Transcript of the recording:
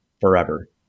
forever